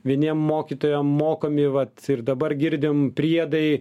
vieniem mokytojam mokami vat ir dabar girdim priedai